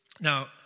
Now